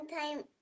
time